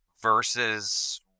versus